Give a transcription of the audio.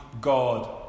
god